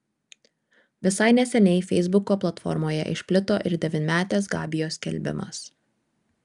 visai neseniai feisbuko platformoje išplito ir devynmetės gabijos skelbimas